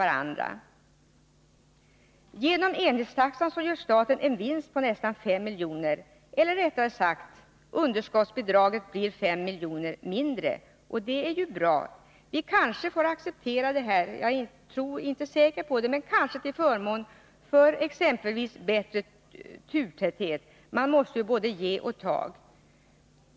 Tack vare enhetstaxan gör staten en vinst på nästan 5 milj.kr. — eller rättare sagt: underskottsbidraget blir 5 milj.kr. mindre. Det är bra. Vi kanske måste acceptera detta, till förmån för exempelvis en bättre turtäthet. Man måste ju både ge och ta.